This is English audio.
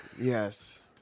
Yes